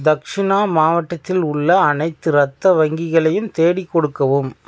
தக்ஷிணா மாவட்டத்தில் உள்ள அனைத்து ரத்த வங்கிகளையும் தேடி கொடுக்கவும்